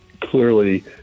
clearly